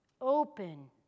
open